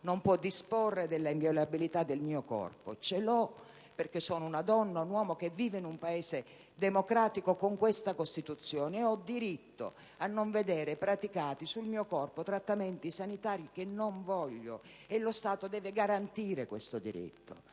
Non può disporre della inviolabilità del mio corpo; ce l'ho perché sono una donna o un uomo che vive in un Paese democratico con questa Costituzione e ho diritto a non vedere praticati sul mio corpo trattamenti sanitari che non voglio e lo Stato deve garantire questo diritto.